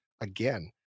again